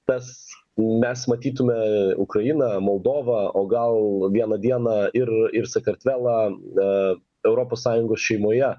tas mes matytume ukrainą moldovą o gal vieną dieną ir ir sakartvelą a europos sąjungos šeimoje